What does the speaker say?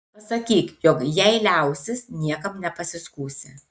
pasakyk jog jei liausis niekam nepasiskųsi